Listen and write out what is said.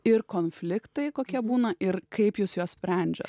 ir konfliktai kokie būna ir kaip jūs juos sprendžiat